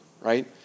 Right